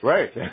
Right